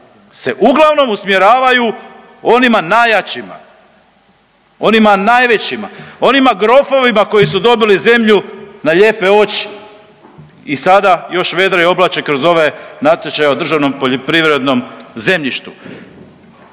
se uglavnom usmjeravaju onima najjačima, onima najvećima, onima grofovima koji su dobili zemlju na lijepe oči i sada još vedre o oblače kroz ove natječaje o državnom poljoprivrednom zemljištu.